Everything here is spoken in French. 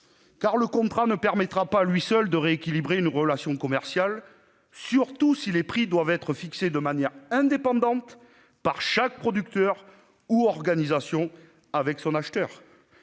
le contrat ne permettra pas, à lui seul, de rééquilibrer une relation commerciale, surtout si les prix doivent être fixés de manière indépendante par chaque producteur ou organisation avec son acheteur.